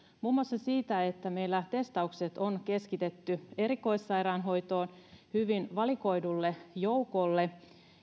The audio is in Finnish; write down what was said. muun muassa se että meillä testaukset on keskitetty erikoissairaanhoitoon hyvin valikoidulle joukolle